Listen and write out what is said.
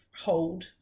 hold